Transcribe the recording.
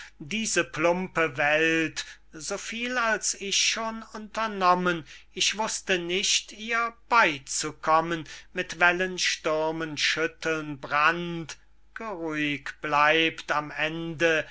diese plumpe welt so viel als ich schon unternommen ich wußte nicht ihr beyzukommen mit wellen stürmen schütteln brand geruhig bleibt am ende